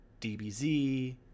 dbz